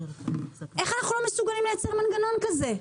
איך אנחנו לא מסוגלים לייצר מנגנון כזה?